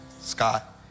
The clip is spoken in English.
Scott